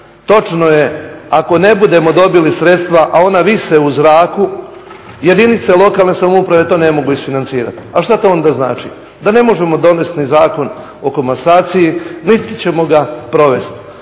Točno je, ako ne budemo dobili sredstva, a ona vise u zraku jedinice lokalne samouprave to ne mogu isfinancirati. A šta to onda znači? Da ne možemo donesti ni Zakon o komasaciji, niti ćemo ga provesti.